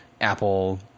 Apple